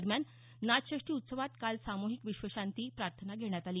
दरम्यान नाथ षष्ठी उत्सवात काल सामुहीक विश्वशांती प्रार्थना घेण्यात आली